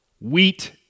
wheat